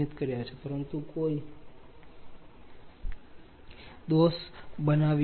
1 0